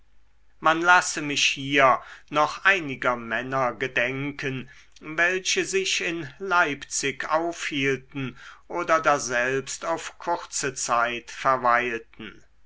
man lasse mich hier noch einiger männer gedenken welche sich in leipzig aufhielten oder daselbst auf kurze zeit verweilten